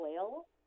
oil